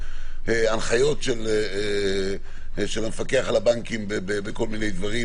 הנחיות של המפקח על הבנקים בכל מיני דברים,